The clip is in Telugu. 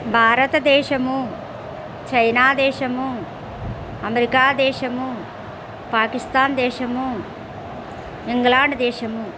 భారత దేశం చైనా దేశం అమెరికా దేశం పాకిస్తాన్ దేశం ఇంగ్లాండ్ దేశం